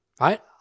right